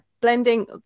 blending